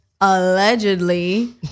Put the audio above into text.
allegedly